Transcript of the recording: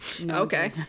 okay